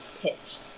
pitch